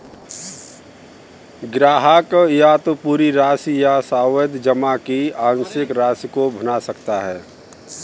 ग्राहक या तो पूरी राशि या सावधि जमा की आंशिक राशि को भुना सकता है